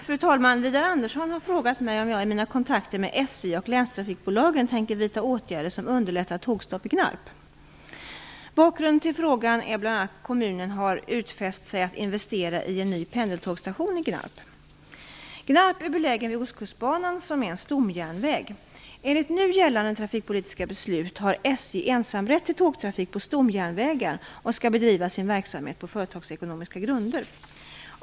Fru talman! Widar Andersson har frågat mig om jag i mina kontakter med SJ och länstrafikbolagen tänker vidta åtgärder som underlättar tågstopp i Bakgrunden till frågan är bl.a. att kommunen har utfäst sig att investera i en ny pendeltågsstation i Gnarp är beläget vid Ostkustbanan, som är en stomjärnväg. Enligt nu gällande trafikpolitiska beslut har SJ ensamrätt till tågtrafik på stomjärnvägar och skall bedriva sin verksamhet på företagsekonomiska grunder.